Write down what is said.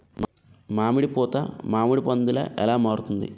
మామిడి పూత మామిడి పందుల ఎలా మారుతుంది?